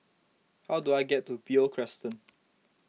how do I get to Beo Crescent